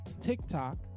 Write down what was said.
TikTok